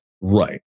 Right